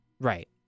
Right